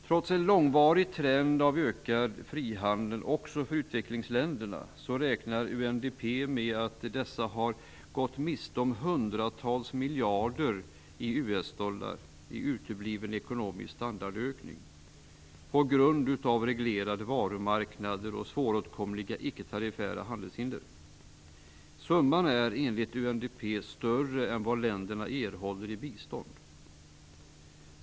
Trots en långvarig trend av ökad frihandel också för utvecklingsländerna räknar UNDP med att dessa har gått miste om hundratals miljarder USD i utebliven ekonomisk standardökning på grund av reglerade varumarknader och svåråtkomliga icke-tariffära handelshinder. Summan är enligt UNDP större än vad länderna erhåller i bistånd.